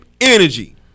Energy